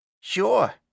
Sure